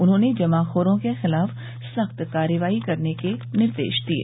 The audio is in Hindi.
उन्होंने जमाखोरों के खिलाफ सख्त कार्रवाई करने के निर्देश दिये